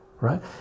right